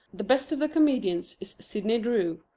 the best of the comedians is sidney drew.